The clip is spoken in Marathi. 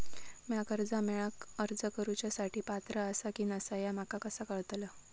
म्या कर्जा मेळाक अर्ज करुच्या साठी पात्र आसा की नसा ह्या माका कसा कळतल?